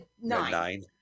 nine